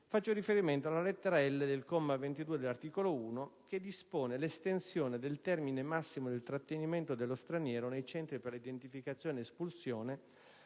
faccio riferimento alla lettera *l)*, del comma 22, dell'articolo 1, che dispone l'estensione del termine massimo del trattenimento dello straniero nei centri per l'identificazione ed espulsione